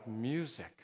music